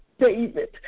David